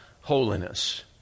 holiness